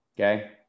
okay